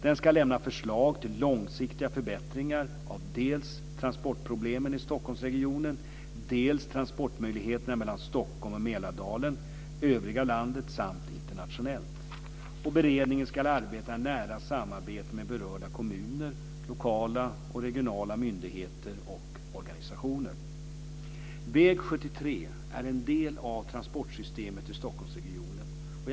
Den ska lämna förslag till långsiktiga förbättringar av dels transportproblemen i Stockholmsregionen, dels transportmöjligheterna mellan Stockholm och Mälardalen, övriga landet samt internationellt. Beredningen ska arbeta i nära samarbete med berörda kommuner, lokala och regionala myndigheter och organisationer. Väg 73 är en del av transportsystemet i Stockholmsregionen.